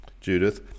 Judith